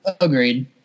agreed